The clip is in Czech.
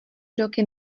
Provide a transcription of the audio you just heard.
roky